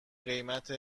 قیمت